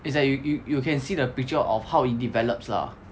it's like you you you you can see the picture of how it develops lah